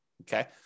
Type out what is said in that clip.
Okay